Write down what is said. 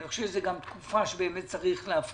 אני חושב שזו גם תקופה שבה באמת צריך להפחית.